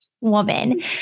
woman